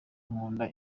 nkunda